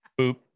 Boop